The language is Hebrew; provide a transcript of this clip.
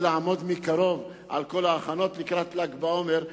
לעמוד מקרוב על כל ההכנות לקראת ל"ג בעומר.